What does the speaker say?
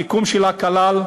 הסיכום שלה כלל: